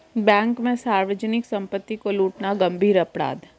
bank में सार्वजनिक सम्पत्ति को लूटना गम्भीर अपराध है